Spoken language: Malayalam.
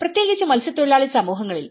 പ്രത്യേകിച്ച് മത്സ്യത്തൊഴിലാളി സമൂഹങ്ങളിൽ